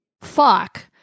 fuck